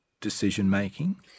decision-making